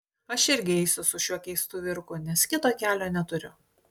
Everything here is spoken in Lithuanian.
aš irgi eisiu su šiuo keistu vyruku nes kito kelio neturiu